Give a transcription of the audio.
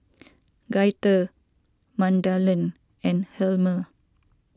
Gaither Magdalen and Helmer